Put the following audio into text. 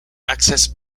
accessed